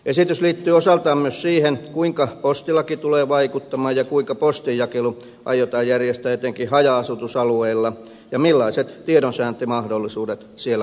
esitys liittyy osaltaan myös siihen kuinka postilaki tulee vaikuttamaan ja kuinka postin jakelu aiotaan järjestää etenkin haja asutusalueilla ja millaiset tiedonsaantimahdollisuudet siellä muutoin on